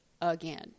again